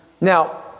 Now